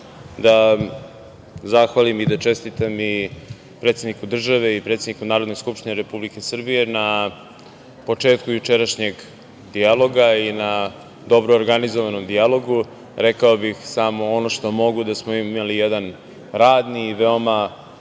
da zahvalim i da čestitam i predsedniku države i predsedniku Narodne skupštine Republike Srbije na početku jučerašnjeg dijaloga i na dobro organizovanom dijalogu. Rekao bih samo ono što mogu, da smo imali jedan radni i veoma